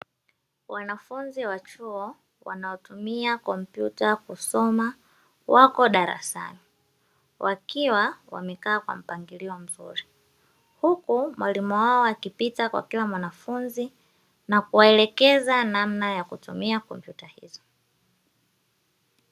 Wanafunzi wa chuo wanaotumia kompyuta kusoma wako darasani wakiwa wamekaa kwa mpangilio mzuri, huku mwalimu wao akipita kwa kila mwanafunzi na kuwaelekeza namna ya kutumia kompyuta hizo.